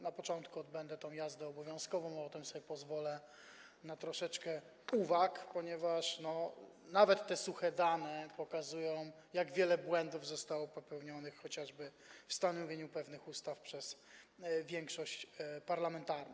Na początku odbędę jazdę obowiązkową, a potem pozwolę sobie na troszeczkę uwag, ponieważ nawet te suche dane pokazują, jak wiele błędów zostało popełnionych chociażby w stanowieniu pewnych ustaw przez większość parlamentarną.